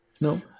no